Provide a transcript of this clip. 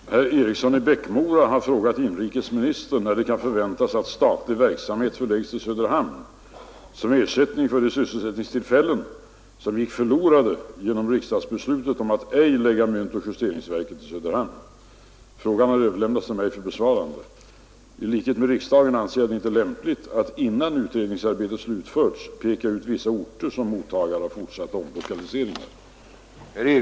Herr talman! Herr Eriksson i Bäckmora har frågat inrikesministern när det kan förväntas att statlig verksamhet förläggs till Söderhamn som ersättning för de sysselsättningstillfällen som gick förlorade genom riksdagsbeslutet om att ej lägga myntoch justeringsverket till Söderhamn. Frågan har överlämnats till mig för besvarande. I likhet med riksdagen anser jag det inte lämpligt att innan utredningsarbetet slutförts peka ut vissa orter som mottagare av fortsatta omlokaliseringar.